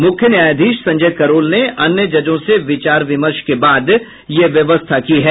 मुख्य न्यायाधीश संजय करोल ने अन्य जजों से विचार विमर्श के बाद यह व्यवस्था की है